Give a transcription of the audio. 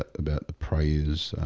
about the praise